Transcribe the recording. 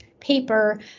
paper